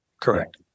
Correct